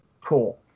cool